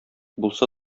булса